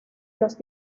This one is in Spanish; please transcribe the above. los